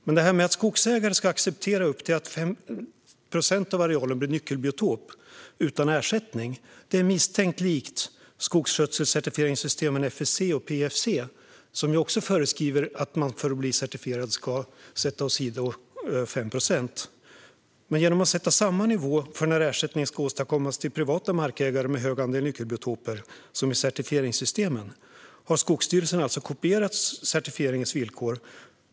Detta att skogsägare utan ersättning ska acceptera att upp till 5 procent av arealen blir nyckelbiotop är misstänkt likt skogsskötselcertifieringssystemen FSC och PEFC, som också föreskriver att skogsägaren för att bli certifierad ska sätta åt sidan 5 procent av sin areal. Men genom att sätta samma nivå som i certifieringssystemen för när ersättning ska åstadkommas för privata markägare med hög andel nyckelbiotoper har Skogsstyrelsen alltså kopierat certifieringens villkor.